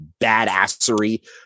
badassery